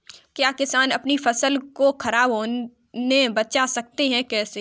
क्या किसान अपनी फसल को खराब होने बचा सकते हैं कैसे?